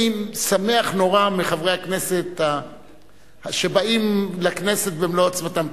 אני שמח נורא על חברי הכנסת שבאים לכנסת במלוא עוצמתם.